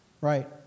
Right